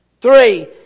Three